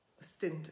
stint